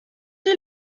die